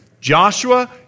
Joshua